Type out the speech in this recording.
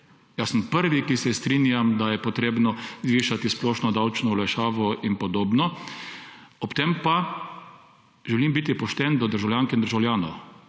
Jaz sem prvi, ki se strinjam, da je potrebno zvišati splošno davčno olajšavo in podobno, ob tem pa želim biti pošten do državljank in državljanov